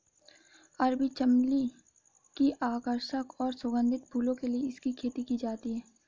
अरबी चमली की आकर्षक और सुगंधित फूलों के लिए इसकी खेती की जाती है